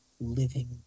living